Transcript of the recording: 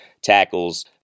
tackles